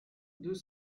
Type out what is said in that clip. deux